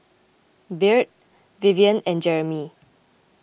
Byrd Vivien and Jeremy